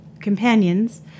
companions